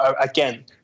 again